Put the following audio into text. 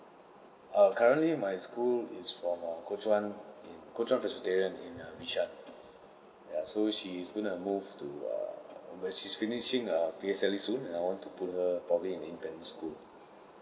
err currently my school is from err kuo chuan in kuo chuan presbyterian in err bishan ya so she's going to move to err but she's finishing her P_S_L_E soon I want to put her probably in independent school